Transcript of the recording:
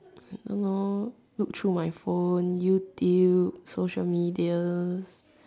you know look through my phone YouTube social media